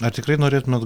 na tikrai norėtumėt